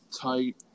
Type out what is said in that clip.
tight